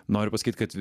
noriu pasakyt kad